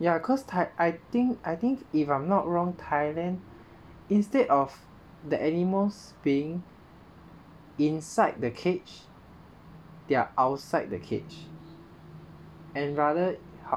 ya cause thai ~ I think I think if I'm not wrong Thailand instead of the animals being inside the cage they're outside the cage and rather hot